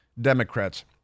Democrats